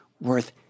worth